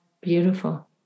Beautiful